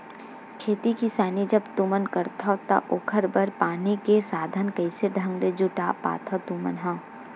खेती किसानी जब तुमन करथव त ओखर बर पानी के साधन कइसे ढंग ले जुटा पाथो तुमन ह?